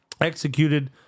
executed